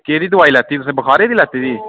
कैह्दी दवाई लैती तुसें बखारै दी लैती दी